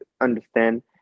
understand